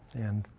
and